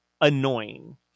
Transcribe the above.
annoying